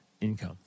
income